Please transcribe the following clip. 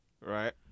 Right